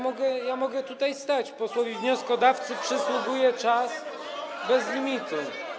Mogę tutaj stać, posłowi wnioskodawcy przysługuje czas bez limitu.